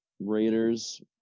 Raiders